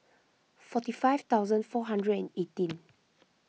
forty five thousand four hundred and eighteen